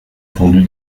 attendu